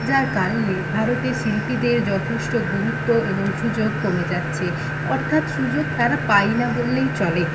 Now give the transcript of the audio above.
যার কারণে ভারতের শিল্পীদের যথেষ্ট গুরুত্ব এবং সুযোগ কমে যাচ্ছে অর্থাৎ সুযোগ তারা পায়ই না বললেই চলে